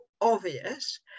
obvious